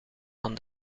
van